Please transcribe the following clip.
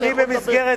היית יכול לדבר.